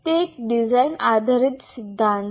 તે એક ડિઝાઇન આધારિત સિદ્ધાંત છે